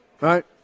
Right